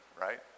right